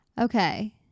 okay